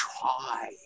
try